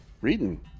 Reading